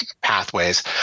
pathways